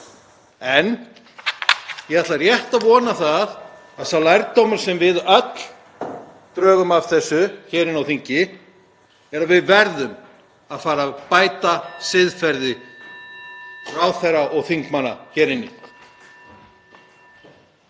En ég ætla rétt að vona að sá lærdómur sem við öll drögum af þessu hér inni á þingi sé að við verðum að fara að bæta siðferði ráðherra og þingmanna hér inni.